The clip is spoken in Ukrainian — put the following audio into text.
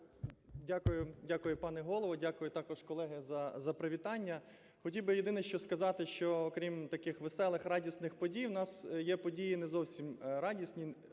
Дякую, дякую пане Голово. Дякую також, колеги, за привітання. Хотів би єдине, що сказати, що, крім таких веселих, радісних подій, у нас є події не зовсім радісні,